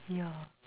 yeah